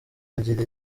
agira